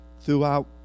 throughout